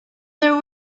there